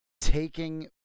taking